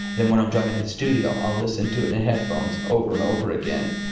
then when i'm driving to the studio, i'll listen to it in a headphones over and over again.